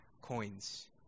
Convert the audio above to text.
coins